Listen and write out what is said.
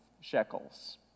shekels